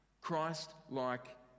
Christ-like